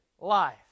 life